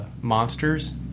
monsters